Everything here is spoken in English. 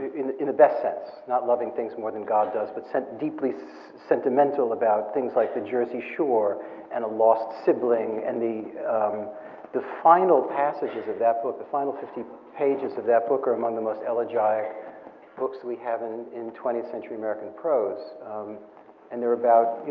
in in the best sense, not loving things more than god does, but deeply so sentimental about things like the jersey shore and a lost sibling and the um the final passages of that book, the final fifty pages of that book are among of the most elegized books we have in in twentieth century american prose and they're about,